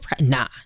Nah